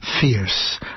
fierce